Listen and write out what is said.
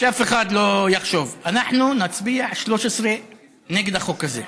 שאף אחד לא יחשוב, אנחנו נצביע 13 נגד החוק הזה.